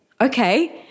okay